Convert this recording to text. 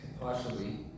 partially